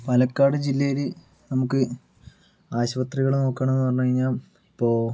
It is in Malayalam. പാലക്കാട് ജില്ലയില് നമുക്ക് ആശുപത്രികള് നോക്കുവാണ് എന്ന് പറഞ്ഞു കഴിഞ്ഞാൽ ഇപ്പോൾ